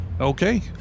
Okay